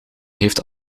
heeft